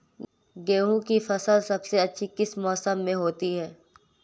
गेंहू की फसल सबसे अच्छी किस मौसम में होती है?